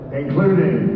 including